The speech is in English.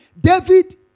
David